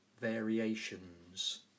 variations